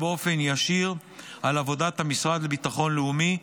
באופן ישיר על עבודת המשרד לביטחון לאומי,